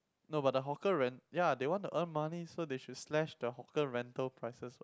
no but the hawker rent ya they want to earn money so they should slash the hawker rental prices